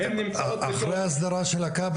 הן נמצאות בתוך --- אחרי ההסדרה של הקו,